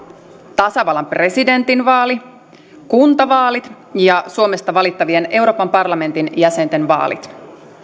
tasavallan presidentin vaali kuntavaalit ja suomesta valittavien euroopan parlamentin jäsenten vaalit